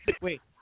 Wait